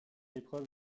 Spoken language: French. épreuve